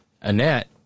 Annette